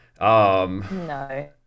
No